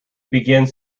begins